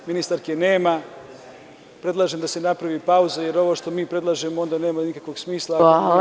Ministarke nema, predlažem da se napravi pauza jer ovo što mi predlažemo onda nema nikakvog smisla.